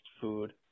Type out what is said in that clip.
food